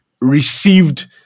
received